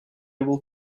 will